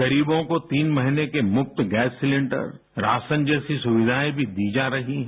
गरीबों को तीन महीने के मुफ्त गैस सिलेंडर राशन जैसी सुविधायें भी दी जा रही हैं